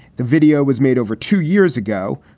the video was made over two years ago.